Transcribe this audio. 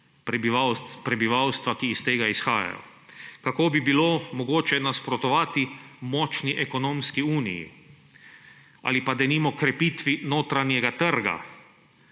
prebivalstva, ki iz tega izhajajo? Kako bi bilo mogoče nasprotovati močni ekonomski uniji? Ali pa denimo krepitvi notranjega trga